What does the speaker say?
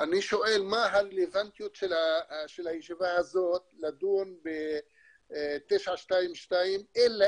אני שואל מה הרלוונטיות של הישיבה הזאת לדון ב-922 אלא